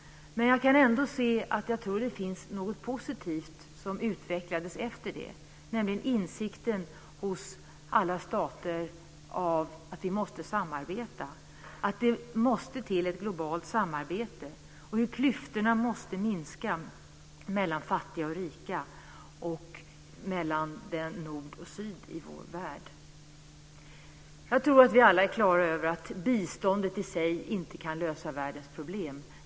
Men jag kan ändå se att jag tror att det utvecklades något positivt efter detta, nämligen insikten hos alla stater om att vi måste samarbeta, att det måste till ett globalt samarbete och att klyftorna måste minska mellan fattiga och rika och mellan nord och syd i vår värld. Jag tror att vi alla är klara över att biståndet i sig inte kan lösa världens problem.